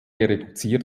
reduziert